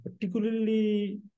particularly